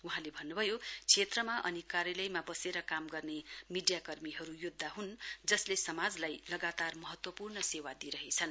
वहाँले भन्नुभयो क्षेत्रमा अनि कार्यालयमा बसेका काम गर्ने मीडियाकर्मीहरू योद्धा हुन् जसले समाजलाई लगातार महत्वपूर्ण सेवा दिइरहेछन्